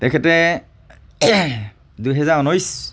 তেখেতে দুহেজাৰ ঊনৈছ